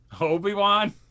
obi-wan